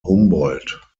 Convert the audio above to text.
humboldt